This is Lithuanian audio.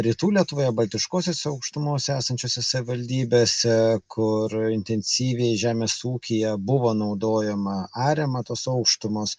rytų lietuvoje baltiškosiose aukštumose esančiose savivaldybėse kur intensyviai žemės ūkyje buvo naudojama ariama tos aukštumos